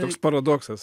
toks paradoksas